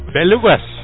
Belugas